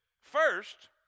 First